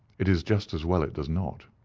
it is just as well it does not.